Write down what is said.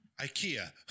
Ikea